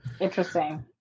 Interesting